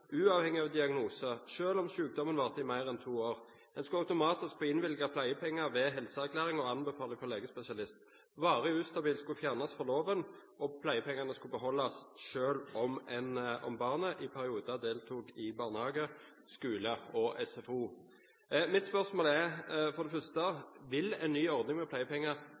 uavhengig av diagnose selv om sykdommen varte i mer enn to år. En skulle automatisk få innvilget pleiepenger med helseerklæring og anbefaling fra legespesialist. Begrepet «varig ustabil» skulle fjernes fra loven, og pleiepengene skulle beholdes selv om barnet i perioder deltok i barnehage, skole eller SFO. Mitt spørsmål er for det første: Vil en ny ordning med pleiepenger